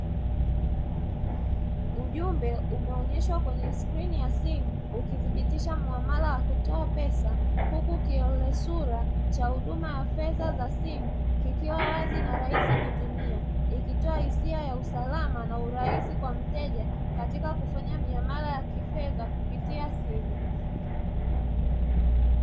Ujumbe umeonyeshwa kwenye skrini ya simu ukithibitisha muamala wa kutoa pesa, huku kionesura cha huduma za simu kikiwa wazi na rahisi kutumia ikitoa hisia ya usalama na urahisi kwa mteja kufanya miamala ya kifedha kupitia simu.